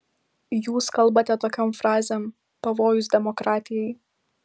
jūs kalbate tokiom frazėm pavojus demokratijai